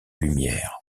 lumière